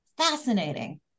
fascinating